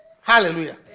Hallelujah